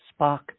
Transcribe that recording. Spock